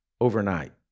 overnight